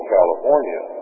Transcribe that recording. California